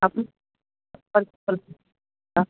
अपनी पर्ची पर्ची का